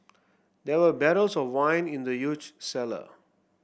there were barrels of wine in the huge cellar